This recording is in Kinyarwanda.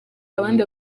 abandi